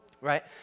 right